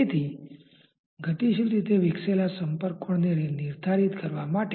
તેથી તે પ્રવાહીની ગતિ ધીમી કરવાનો પ્રયાસ કરે છે